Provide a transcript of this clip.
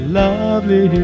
lovely